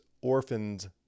orphans